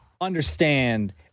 understand